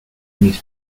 mis